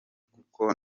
kuko